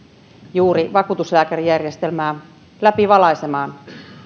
juuri vakuutuslääkärijärjestelmää läpivalaisemaan